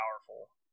powerful